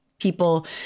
people